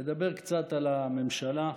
לדבר קצת על הממשלה,